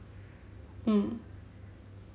mm